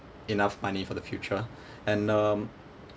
enough money for the future and um